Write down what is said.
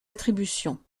attributions